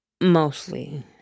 Mostly